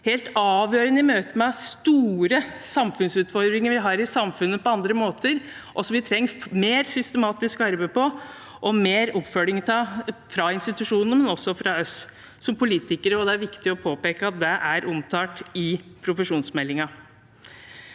helt avgjørende i møte med store samfunnsutfordringer vi har i samfunnet på andre måter, og som vi trenger mer systematisk arbeid med og mer oppfølging av fra institusjonene, men også fra oss som politikere. Det er viktig å påpeke at det er omtalt i profesjonsmeldingen.